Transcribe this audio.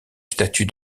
statut